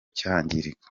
cyangirika